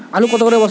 আলু কত করে বস্তা?